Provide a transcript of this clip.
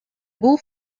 бул